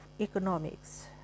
economics